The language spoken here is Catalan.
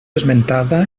esmentada